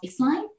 baseline